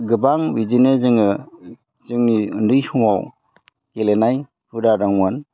गोबां बिदिनो जोङो जोंनि उन्दै समाव गेलेनाय हुदा दंमोन